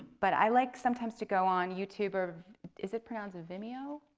but i like sometimes to go on youtube or is it pronounced vimeo?